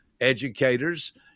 educators